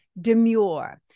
demure